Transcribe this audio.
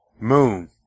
Moon